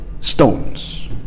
stones